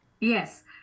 Yes